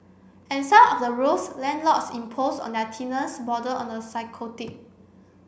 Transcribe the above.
and some of the rules landlords impose on their border on the psychotic